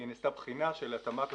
נעשתה בחינה של התאמת הזיקה,